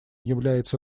является